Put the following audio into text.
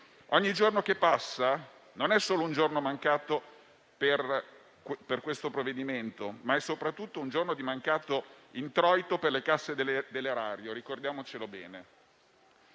Ogni giorno che passa non è solo un giorno mancato per questo provvedimento, ma è soprattutto un giorno di mancato introito per le casse dell'erario: ricordiamocelo bene.